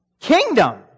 kingdom